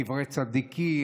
קברי צדיקים,